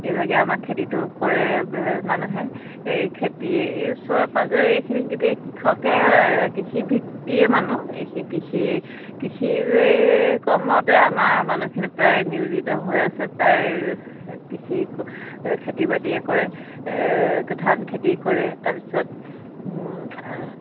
এইভাগেই আমাক খেতিটো কৰে মানুহে এই খেতি এই ওচৰে পাঁজৰে এইখিনি গোটেই কৃষকে কৃষিভিত্তিয়ে মানুহ এইখিনি কৃষিৰ কৃষিৰ এই কৰ্মতে আমাৰ মানুহখিনি প্ৰায় নিয়োজিত হৈ আছে প্ৰায় কৃষি খেতি বাতিয়ে কৰে ধান খেতি কৰে তাৰপিছত